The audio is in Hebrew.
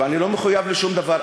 ואני לא מחויב לשום דבר,